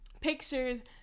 pictures